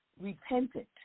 repentant